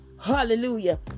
hallelujah